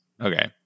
Okay